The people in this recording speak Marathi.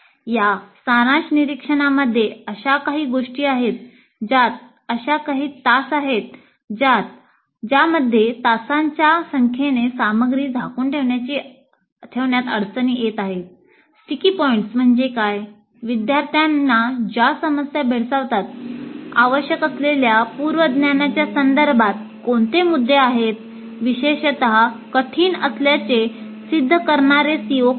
या सारांश निरीक्षणामध्ये अशा काही गोष्टी आहेत ज्यात अशा काही तास आहेत ज्यामध्ये तासांच्या संख्येने सामग्री झाकून ठेवण्यात अडचणी येत आहेत स्टिकी पॉइंट्स म्हणजे काय विद्यार्थ्यांना ज्या समस्या भेडसावतात आवश्यक असलेल्या पूर्व ज्ञानाच्या संदर्भात कोणते मुद्दे आहेत विशेषतः कठीण असल्याचे सिद्ध करणारे CO काय आहेत